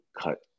cut